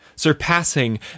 Surpassing